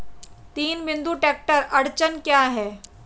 तीन बिंदु ट्रैक्टर अड़चन क्या है?